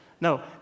No